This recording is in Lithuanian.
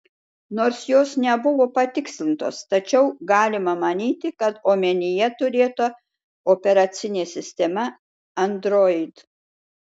nors jos nebuvo patikslintos tačiau galima manyti kad omenyje turėta operacinė sistema android